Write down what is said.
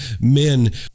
men